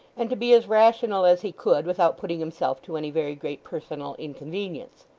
and to be as rational as he could, without putting himself to any very great personal inconvenience.